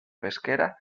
pesquera